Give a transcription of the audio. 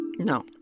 No